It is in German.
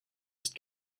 ist